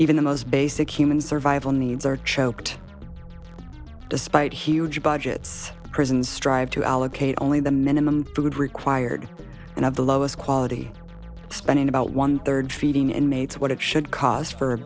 even the most basic human survival needs are choked despite here budgets prison strive to allocate only the minimum food required and of the lowest quality spending about one third feeding and mates what it should cost for